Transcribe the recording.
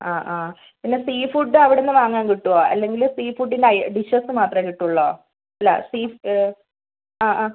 അ ആ പിന്നെ സീഫുഡ് അവിടുന്ന് വാങ്ങാൻ കിട്ടുവോ അല്ലെങ്കിൽ സീഫുഡിൻ്റെ ഐ ഡിഷെസ് മാത്രമേ കിട്ടുള്ളോ അല്ല സീ ആ ആ